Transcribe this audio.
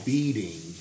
Beating